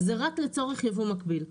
זה רק לצורך ייבוא מקביל,